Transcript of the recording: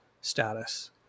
status